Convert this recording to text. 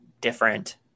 different